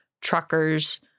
truckers